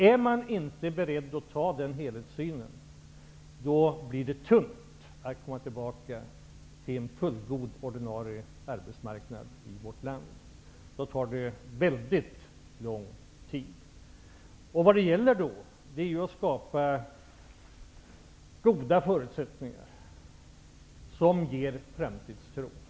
Om man inte är beredd till den helhetssynen blir det tungt att komma tillbaka till en fullgod ordinarie arbetsmarknad i vårt land. Då tar det väldigt lång tid. Det gäller då att skapa goda förutsättningar som ger framtidstro.